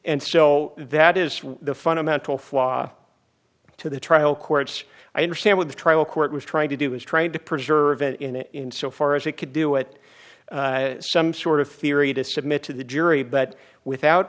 so that is the fundamental flaw to the trial courts i understand what the trial court was trying to do is trying to preserve it in so far as it could do it some sort of theory to submit to the jury but without